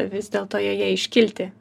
vis dėlto joje iškilti